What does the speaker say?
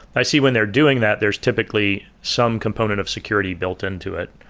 i see when they're doing that, there's typically some component of security built into it.